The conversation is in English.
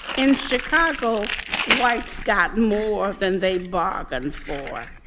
in chicago white's got more than they bargained for.